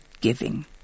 giving